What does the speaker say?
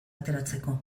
ateratzeko